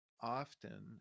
often